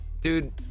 Dude